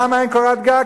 למה אין קורת גג?